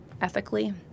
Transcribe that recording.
ethically